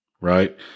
right